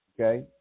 Okay